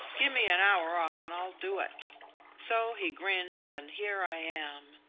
give me an hour off, and i'll do it so he grinned, and here i am.